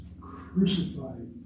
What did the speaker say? crucified